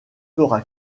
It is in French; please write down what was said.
fera